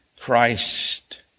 Christ